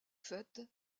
faits